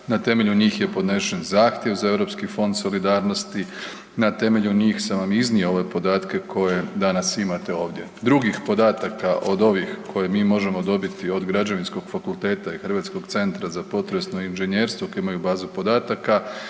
na temelju njih je podnešen zahtjev za Europski fond solidarnosti, na temelju njih sam vam i iznio ove podatke koje danas imate ovdje. Drugih podataka od ovih koje mi možemo dobiti od Građevinskog fakulteta i Hrvatskog centra za potresno inženjerstvo koji imaju bazu podataka